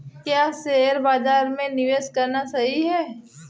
क्या शेयर बाज़ार में निवेश करना सही है?